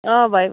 ಆಂ ಬಾಯ್